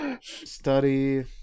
Study